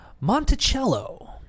Monticello